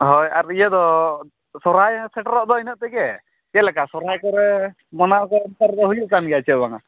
ᱦᱚᱭ ᱟᱨ ᱤᱭᱟᱹ ᱫᱚ ᱥᱚᱦᱚᱨᱟᱭ ᱦᱚᱸ ᱥᱮᱴᱮᱨᱚᱜ ᱫᱚ ᱤᱱᱟᱹᱜ ᱛᱮᱜᱮ ᱪᱮᱫᱞᱮᱠᱟ ᱥᱚᱦᱚᱨᱟᱭ ᱠᱚᱨᱮ ᱚᱱᱛᱮ ᱨᱮᱫᱚ ᱦᱩᱭᱩᱜ ᱠᱟᱱ ᱜᱮᱭᱟ ᱪᱮ ᱵᱟᱝᱼᱟ